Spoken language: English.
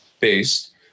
based